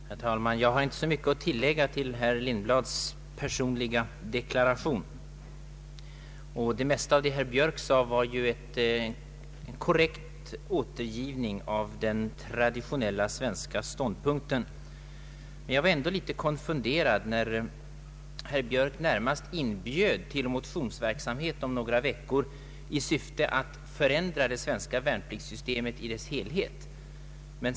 Herr talman! Jag har inte så mycket att tillägga till herr Lindblads personliga deklaration. Det mesta av vad herr Björk sade var ju en korrekt återgivning av den traditionella svenska ståndpunkten, men jag blev litet konfunderad när herr Björk närmast inbjöd till motionsverksamhet om några veckor i syfte att förändra det svenska värnpliktssystemet i dess helhet.